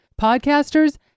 Podcasters